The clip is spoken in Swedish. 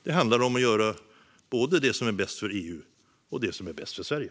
Det handlar om att göra både det som är bäst för EU och det som är bäst för Sverige.